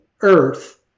Earth